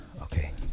Okay